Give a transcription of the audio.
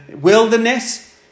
wilderness